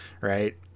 right